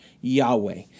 Yahweh